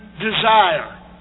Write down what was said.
desire